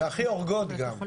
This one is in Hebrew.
והכי הורגות גם,